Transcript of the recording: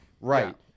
right